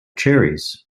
cherries